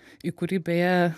į kurį beje